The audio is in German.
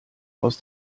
aus